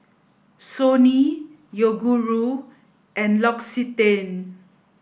Sony Yoguru and L'Occitane